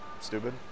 stupid